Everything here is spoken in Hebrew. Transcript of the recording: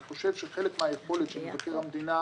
אני חושב שחלק מהיכולת של מבקר המדינה,